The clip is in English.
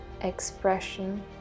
expression